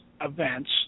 events